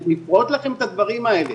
נפרוט לכם את הדברים האלה,